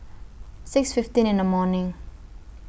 six fifteen in The morning